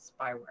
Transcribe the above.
spyware